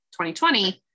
2020